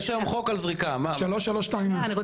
יש היום חוק על זריקה.